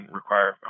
require